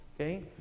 Okay